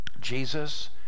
Jesus